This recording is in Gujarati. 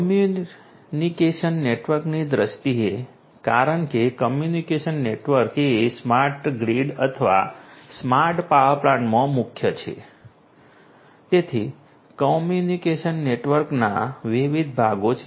કોમ્યુનિકેશન નેટવર્કની દ્રષ્ટિએ કારણ કે કોમ્યુનિકેશન નેટવર્ક એ સ્માર્ટ ગ્રીડ અથવા સ્માર્ટ પાવર પ્લાન્ટમાં મુખ્ય છે તેથી કોમ્યુનિકેશન નેટવર્કના વિવિધ ભાગો છે